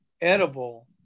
edible